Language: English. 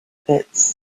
pits